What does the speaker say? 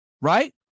right